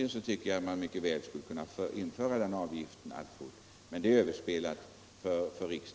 Men tyvärr är den frågan för riksdagens del överspelad nu.